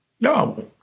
no